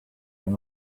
can